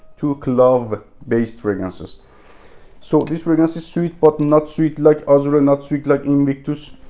two clove based fragrances so this fragrance is sweet but not sweet like azure ah not sweet like invictus.